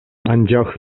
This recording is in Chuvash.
анчах